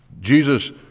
Jesus